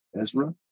Ezra